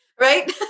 Right